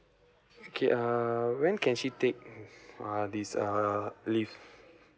okay err when can she take uh this uh leave